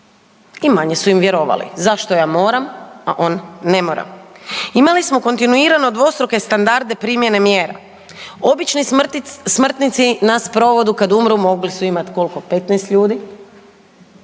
i manje su im vjerovali. Zašto ja moram a on ne mora? Imali smo kontinuirano dvostruke standarde primjene mjere,a obični smrtnici na sprovodu kad umru, mogli su imat koliko, 15 ljudi,